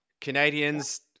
Canadians